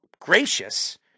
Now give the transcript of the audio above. gracious